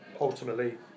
ultimately